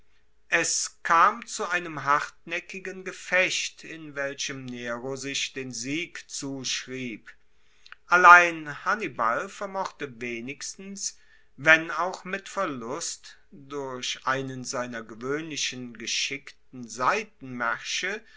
es kam zu einem hartnaeckigen gefecht in welchem nero sich den sieg zuschrieb allein hannibal vermochte wenigstens wenn auch mit verlust durch einen seiner gewoehnlichen geschickten seitenmaersche